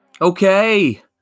okay